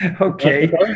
okay